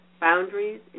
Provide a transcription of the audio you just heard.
boundaries